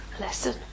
lesson